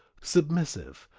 submissive,